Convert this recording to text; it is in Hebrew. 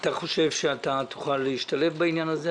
אתה חושב שתוכל להשתלב בעניין הזה,